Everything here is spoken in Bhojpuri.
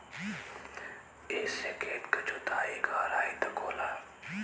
एसे खेत के जोताई गहराई तक होला